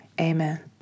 amen